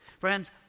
Friends